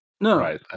No